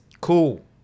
cool